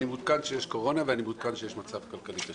אני מעודכן שיש קורונה ואני מעודכן שיש מצב כלכלי קשה.